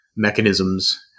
mechanisms